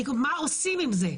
מה עושים עם זה.